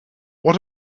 what